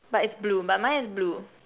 but its blue but mine is blue